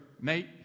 mate